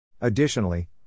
Additionally